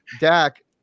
Dak